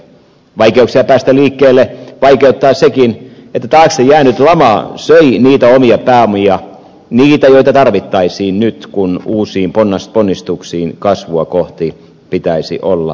vaikeuksia päästä liikkeelle aiheuttaa sekin että taakse jäänyt lama söi niitä omia pääomia niitä joita tarvittaisiin nyt kun uusiin ponnistuksiin kasvua kohti pitäisi olla edellytyksiä